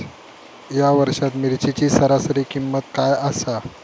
या वर्षात मिरचीची सरासरी किंमत काय आसा?